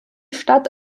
stadt